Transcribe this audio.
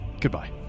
Goodbye